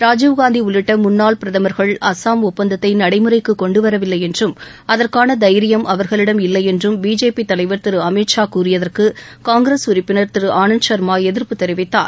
ராஜீவ்காந்தி உள்ளிட்ட அஸ்ஸாம் ஒப்பந்தத்தை நடைமுறைக்கு கொண்டுவரவில்லை என்றும் அதற்கான தைரியம் அவர்களிடம் இல்லையென்றும் பிஜேபி தலைவர் திரு அமித் ஷா கூறியதற்கு காங்கிரஸ் உறுப்பினர் திரு ஆனந்த் சர்மா எதிர்ப்பு தெரிவித்தார்